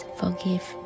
forgive